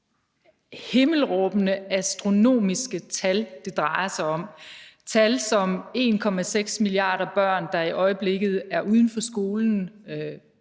himmelråbende astronomiske tal, det drejer sig om. Det er tal som 1,6 milliarder børn, der i øjeblikket er uden for skolen,